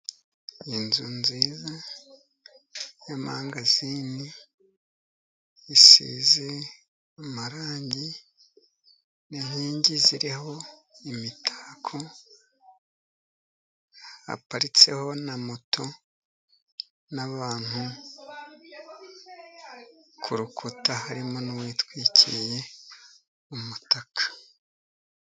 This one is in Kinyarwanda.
Inzu nziza y'amangazini isize amarangi, n'inkingi ziriho imitako, haparitseho na moto, n'abantu ku rukuta harimo n'uwitwikiriye umutaka.